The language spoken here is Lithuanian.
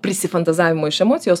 prisifantazavimo iš emocijos